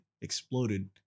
exploded